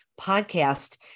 podcast